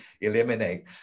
eliminate